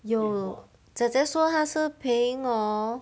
有姐姐说她是 paying hor